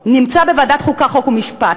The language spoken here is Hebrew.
נמצא בוועדת החוקה, חוק ומשפט.